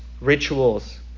rituals